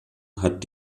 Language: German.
hat